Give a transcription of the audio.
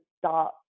stop